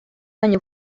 año